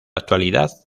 actualidad